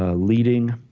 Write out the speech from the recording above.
ah leading,